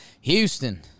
Houston